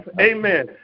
amen